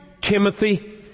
Timothy